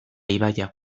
ibaia